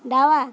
डावा